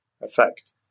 effect